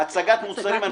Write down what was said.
הצגת מוצרים למכירה.